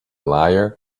liar